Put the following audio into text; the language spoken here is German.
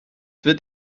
wird